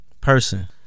person